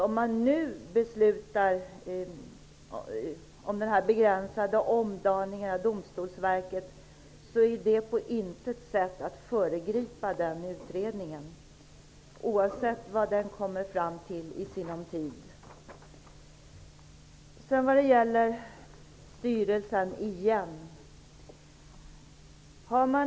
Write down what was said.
Om man nu beslutar om den här begränsade omdaningen av Domstolsverket föregriper man på intet sätt utredningen, oavsett vad den kommer fram till i sinom tid.